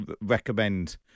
recommend